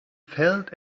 felt